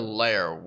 layer